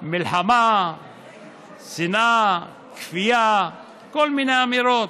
מלחמה, שנאה, כפייה, כל מיני אמירות: